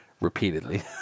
repeatedly